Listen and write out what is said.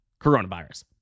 coronavirus